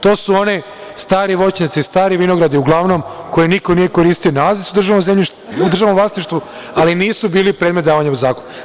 To su oni stari voćnjaci, stari vinogradi uglavnom, koje niko nije koristio, nalaze se u državnom vlasništvu, ali nisu bili predmet davanja u zakup.